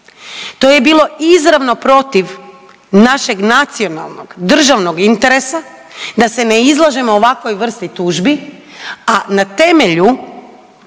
To je bilo izravno protiv našeg nacionalnog, državnog interesa da se ne izlažemo ovakvoj vrsti tužbi, a na temelju